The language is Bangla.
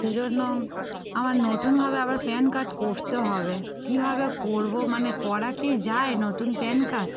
সেজন্য আমার নতুনভাবে আবার প্যান কার্ড করতে হবে কীভাবে করবো মানে করা কি যায় নতুন প্যান কার্ড